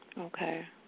Okay